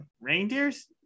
Reindeers